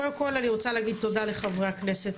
קודם כל אני רוצה להגיד תודה לחברי הכנסת